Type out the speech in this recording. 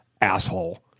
asshole